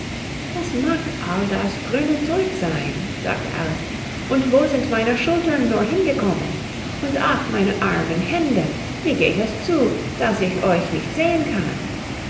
was mag all das grüne zeug sein sagte alice und wo sind meine schultern nur hingekommen und ach meine armen hände wie geht es zu daß ich euch nicht sehen kann